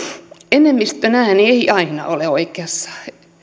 enemmistön ääni ei aina ole oikeassa